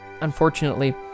unfortunately